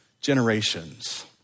generations